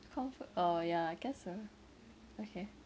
comfort orh ya I guess so okay